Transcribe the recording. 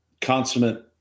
consummate